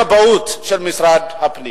הכבאות בתקציב של משרד הפנים.